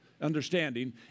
understanding